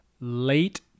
late